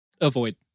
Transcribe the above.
avoid